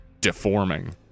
deforming